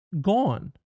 gone